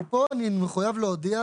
כי פה אני מחויב להודיע